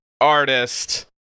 artist